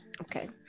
Okay